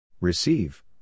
Receive